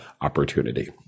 opportunity